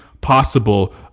possible